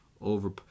Over